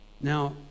Now